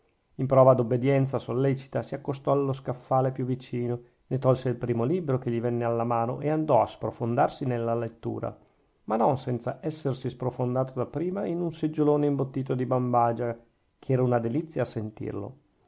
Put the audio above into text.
in prova d'obbedienza sollecita si accostò allo scaffale più vicino ne tolse il primo libro che gli venne alla mano e andò a sprofondarsi nella lettura ma non senza essersi sprofondato da prima in un seggiolone imbottito di bambagia che era una delizia a sentirlo